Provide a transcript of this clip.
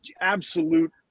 absolute